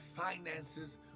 finances